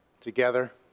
together